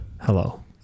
Hello